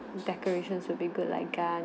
decorations will be good like gun